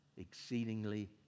Exceedingly